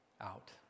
out